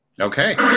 Okay